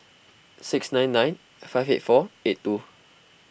six nine nine five eight four eight two